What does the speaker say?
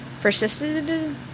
Persisted